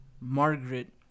Margaret